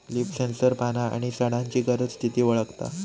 leaf sensor पाना आणि झाडांची गरज, स्थिती वळखता